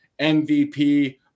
MVP